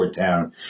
town